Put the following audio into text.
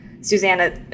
Susanna